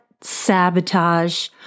sabotage